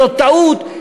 זאת טעות.